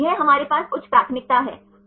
यह हमारे पास उच्च प्राथमिकता है